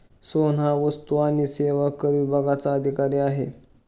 सोहन हा वस्तू आणि सेवा कर विभागाचा अधिकारी आहे